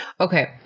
Okay